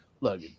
Look